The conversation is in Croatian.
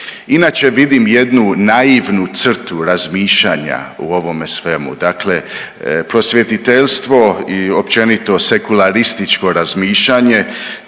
Inače vidim jednu naivnu crtu razmišljanja u ovome svemu, dakle prosvjetiteljstvo i općenito sekularističko razmišljanje